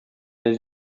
est